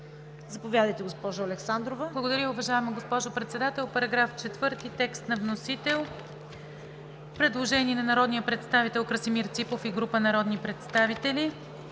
Заповядайте, госпожо Александрова.